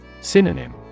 Synonym